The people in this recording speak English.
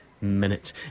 minutes